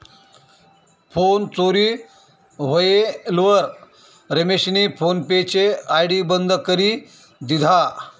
phone चोरी व्हयेलवर रमेशनी फोन पे आय.डी बंद करी दिधा